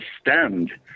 stemmed